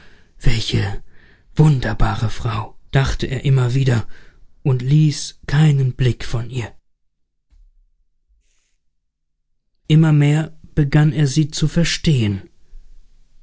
welche wunderbare frau dachte er immer wieder und ließ keinen blick von ihr immer mehr begann er sie zu verstehen